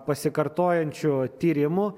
pasikartojančių tyrimų